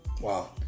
Wow